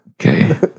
Okay